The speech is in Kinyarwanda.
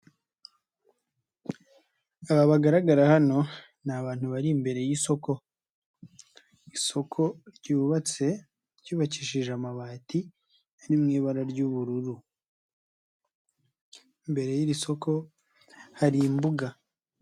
Aba bagaragara hano, ni abantu bari imbere y'isoko. Isoko ryubatse ryubakishije amabati ari mu ibara ry'ubururu. Imbere y'iri soko hari imbuga.